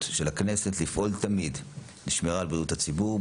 של הכנסת לפעול תמיד לשמירה על בריאות הציבור,